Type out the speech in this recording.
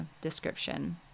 description